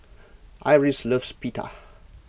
Iris loves Pita